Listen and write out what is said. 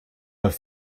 have